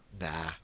Nah